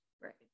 Right